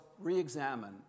re-examine